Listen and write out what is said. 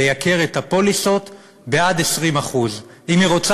לייקר את הפוליסות בעוד 20%. אם היא רוצה